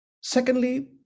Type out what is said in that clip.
Secondly